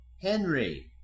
Henry